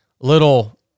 little